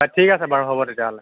অ' ঠিক আছে বাৰু হ'ব তেতিয়াহ'লে